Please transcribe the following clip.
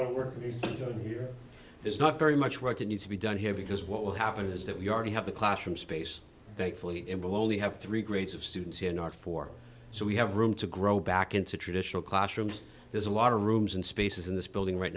were here there's not very much work that needs to be done here because what will happen is that we already have the classroom space thankfully it will only have three grades of students in our four so we have room to grow back into traditional classrooms there's a lot of rooms and spaces in this building right